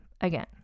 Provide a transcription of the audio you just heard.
again